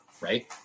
right